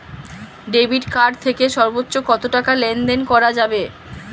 Debit card থেকে সর্বোচ্চ কত টাকা লেনদেন করা যাবে?